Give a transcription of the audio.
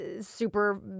super